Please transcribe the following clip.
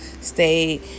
stay